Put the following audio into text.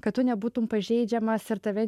kad tu nebūtum pažeidžiamas ir tave